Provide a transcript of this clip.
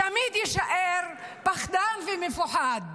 תמיד יישאר פחדן ומפוחד.